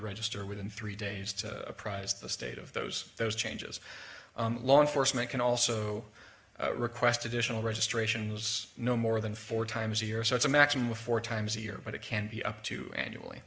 reregister within three days to apprise the state of those those changes law enforcement can also request additional registration was no more than four times a year so it's a maximum of four times a year but it can be up to annually